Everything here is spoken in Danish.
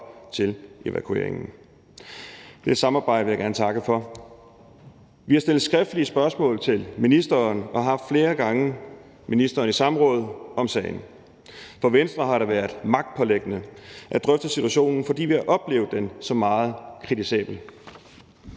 til evakueringen. Det samarbejde vil jeg gerne takke for. Vi har stillet skriftlige spørgsmål til ministeren og har flere gange haft ministeren i samråd om sagen. For Venstre har det været magtpåliggende at drøfte situationen, fordi vi har oplevet den som meget kritisabel.